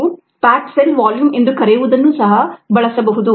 ನೀವು packed cell volume ಎಂದು ಕರೆಯುವುದನ್ನು ಸಹ ಬಳಸಬಹುದು